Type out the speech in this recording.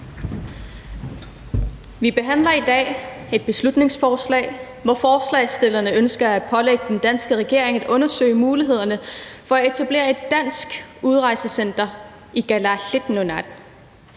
Vi behandler i dag et beslutningsforslag, hvor forslagsstillerne ønsker at pålægge den danske regering at undersøge mulighederne for at etablere et dansk udrejsecenter i Kalaalit